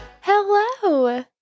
Hello